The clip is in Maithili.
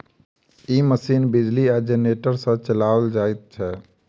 ई मशीन बिजली आ जेनेरेटर सॅ चलाओल जाइत छै